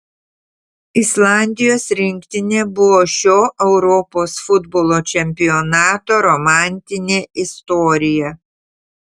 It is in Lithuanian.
islandijos rinktinė buvo šio europos futbolo čempionato romantinė istorija